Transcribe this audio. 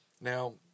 Now